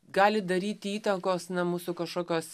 gali daryti įtakos na mūsų kašokios